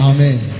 Amen